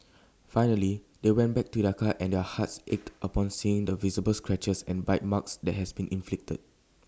finally they went back to their car and their hearts ached upon seeing the visible scratches and bite marks that has been inflicted